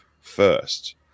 first